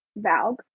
Valg